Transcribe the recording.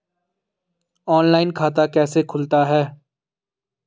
Online खाता कैसे खुलता है?